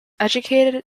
educated